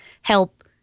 help